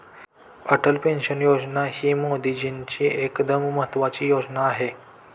Atal pension योजना ही मोदीजींची एकदम महत्त्वाची योजना आहे